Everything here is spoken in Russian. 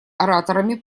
ораторами